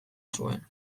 zuen